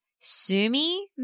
Sumi